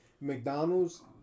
McDonald's